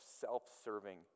self-serving